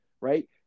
right